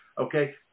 okay